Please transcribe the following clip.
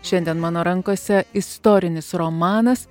šiandien mano rankose istorinis romanas